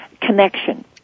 connection